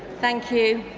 thank you.